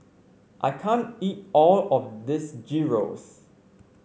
I can't eat all of this Gyros